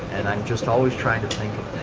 and i'm just always trying to think of